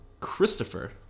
Christopher